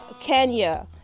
Kenya